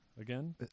again